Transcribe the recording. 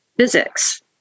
physics